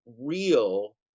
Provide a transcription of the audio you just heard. real